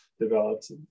developed